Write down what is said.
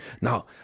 Now